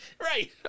Right